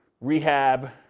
rehab